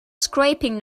scraping